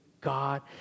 God